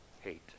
hate